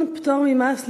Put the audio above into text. הכנסת?